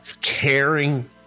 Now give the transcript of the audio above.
caring